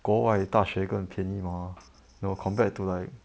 国外大学更便宜 mah you know compared to like